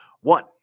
One